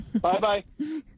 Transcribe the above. Bye-bye